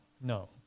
No